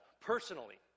personally